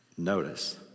Notice